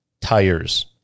tires